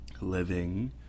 living